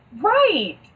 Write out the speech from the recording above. Right